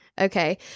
Okay